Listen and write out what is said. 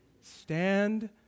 Stand